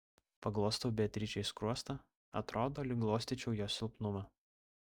paglostau beatričei skruostą atrodo lyg glostyčiau jos silpnumą